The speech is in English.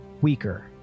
weaker